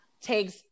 takes